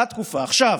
ה-תקופה, עכשיו,